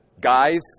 guys